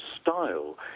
style